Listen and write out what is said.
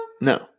No